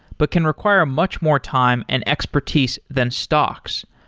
but can require much more time and expertise than stocks.